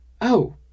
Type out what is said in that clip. Oh